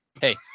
Hey